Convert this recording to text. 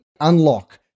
unlock